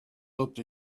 looked